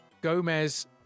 Gomez